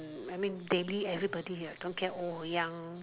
I mean daily everybody don't care old or young